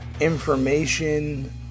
information